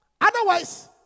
Otherwise